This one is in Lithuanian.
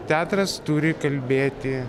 teatras turi kalbėti